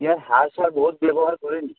ইয়াত সাৰ চাৰ বহুত ব্যৱহাৰ কৰে নেকি